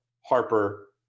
harper